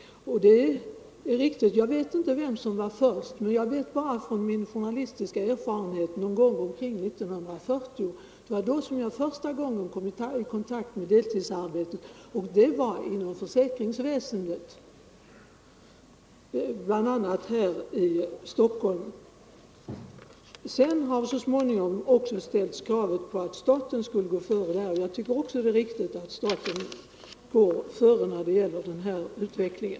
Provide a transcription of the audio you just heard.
Jag Torsdagen den vet inte på vilket område deltidsarbetet infördes först, men jag känner 28 november 1974 till det från min journalistiska verksamhet någon gång omkring år 1940. Det var då som jag för första gången kom i kontakt med deltidsarbetet — Jämställdhet — det var inom försäkringsväsendet, bl.a. här i Stockholm. Så småningom =:mellan män och har krav uppställts på att staten skulle vara en föregångare på detta om = kvinnor, m.m. råde, och jag tycker också det är riktigt att staten går före när det gäller denna utveckling.